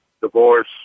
divorce